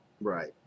Right